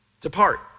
Depart